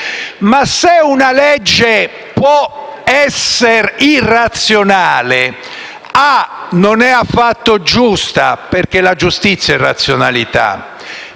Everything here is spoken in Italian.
Se una legge può essere irrazionale, innanzitutto non è affatto giusta perché la giustizia è razionalità